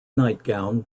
nightgown